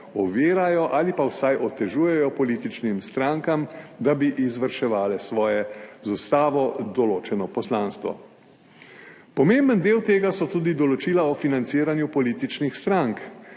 ovirajo ali pa vsaj otežujejo političnim strankam, da bi izvrševale svoje z Ustavo določeno poslanstvo. Pomemben del tega so tudi določila o financiranju političnih strank.